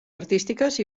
artístiques